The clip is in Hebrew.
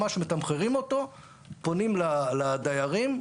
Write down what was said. ממש מתמחרים אותו ופונים לדיירים.